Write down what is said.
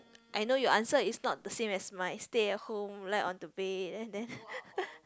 I know your answer is not the same as mine stay at home lie on the bed and then